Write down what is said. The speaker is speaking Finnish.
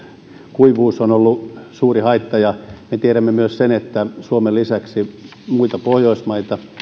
kuivuus on ollut suuri haitta ja me tiedämme myös sen että suomen lisäksi muita pohjoismaita